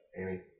Amy